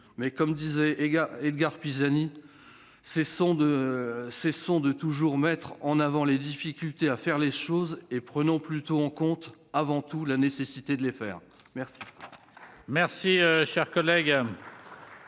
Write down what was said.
Mais comme le disait Edgard Pisani :« Cessons de toujours mettre en avant les difficultés à faire les choses et prenons plutôt en compte, avant tout, la nécessité de les faire !